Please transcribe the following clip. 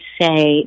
say